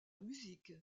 musique